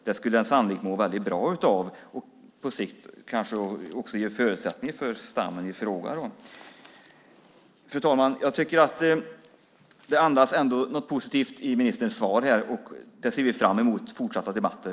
Det skulle den sannolikt må bra av, och det skulle på sikt kanske också ge förutsättningar för stammen i fråga. Fru talman! Jag tycker ändå att ministerns svar andas något positivt. Vi ser fram emot fortsatta debatter.